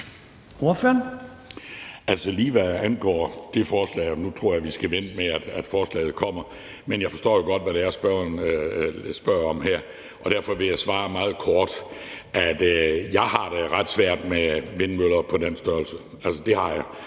tror jeg, vi skal vente, til forslaget kommer, men jeg forstår jo godt, hvad det er, spørgeren spørger om her. Derfor vil jeg svare meget kort, at jeg har det ret svært med vindmøller på den størrelse – det har jeg